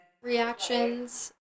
Reactions